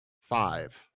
five